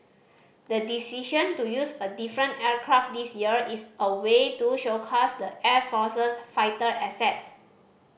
the decision to use a different aircraft this year is a way to showcase the air force's fighter assets